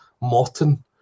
Morton